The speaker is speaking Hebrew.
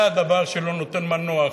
זה הדבר שלא נותן מנוח.